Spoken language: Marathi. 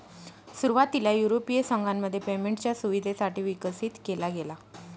सुरुवातीला युरोपीय संघामध्ये पेमेंटच्या सुविधेसाठी विकसित केला गेला